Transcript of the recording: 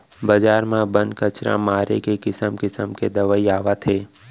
बजार म बन, कचरा मारे के किसम किसम के दवई आवत हे